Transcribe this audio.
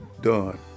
done